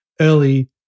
early